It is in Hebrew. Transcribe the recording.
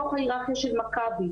בתוך ההיררכיה של מכבי,